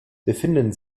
befinden